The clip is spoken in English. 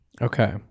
Okay